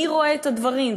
מי רואה את הדברים.